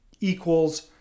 equals